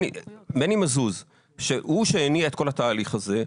מני מזוז שהוא שהניע את כל התהליך הזה,